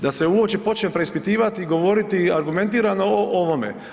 Da se uopće počne preispitivati i govoriti argumentirano o ovome.